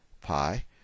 pi